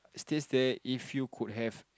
it states there if you could have